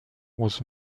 was